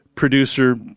producer